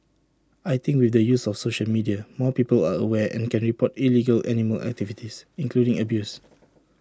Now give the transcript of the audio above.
I think with the use of social media more people are aware and can report illegal animal activities including abuse